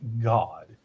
God